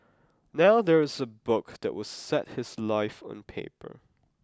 now there is a book that will set his life on paper